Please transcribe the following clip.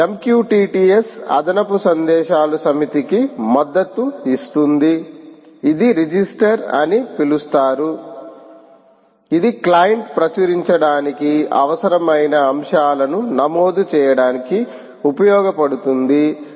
MQTT S అదనపు సందేశాలు సమితికి మద్దతు ఇస్తుంది ఇది రిజిస్టర్ అని పిలుస్తారు ఇది క్లయింట్ ప్రచురించడానికి అవసరమైన అంశాలను నమోదు చేయడానికి ఉపయోగపడుతుంధి